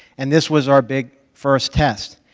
and this was our big first test.